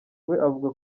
avuga